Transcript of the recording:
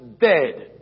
dead